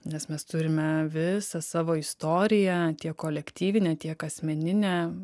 nes mes turime visą savo istoriją tiek kolektyvinę tiek asmeninę